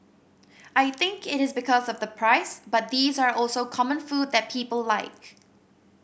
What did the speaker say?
I think it is because of the price but these are also common food that people like